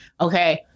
okay